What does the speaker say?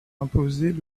imposer